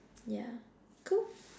yeah cool